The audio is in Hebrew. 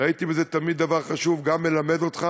ראיתי בזה תמיד דבר חשוב, גם מלמד אותך